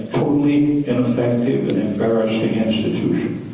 totally ineffective and embarrassing institution.